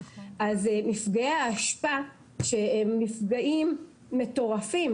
אז מפגעי האשפה, שהם מפגעים מטורפים